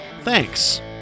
Thanks